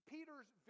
Peter's